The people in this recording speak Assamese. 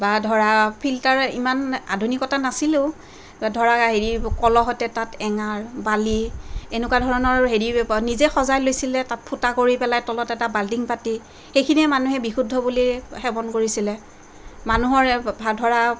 বা ধৰা ফিল্টাৰে ইমান আধুনিকতা নাছিলেও ধৰা হেৰি কলহতে তাত এঙাৰ বালি এনেকুৱা ধৰণৰ হেৰি নিজে সজাই লৈছিলে তাত ফুটা কৰি পেলাই তলত এটা বাল্টিং পাতি সেইখিনিয়েই মানুহে বিশুদ্ধ বুলি সেৱন কৰিছিলে মানুহৰ ধৰা